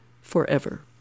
forever